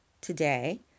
today